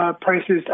prices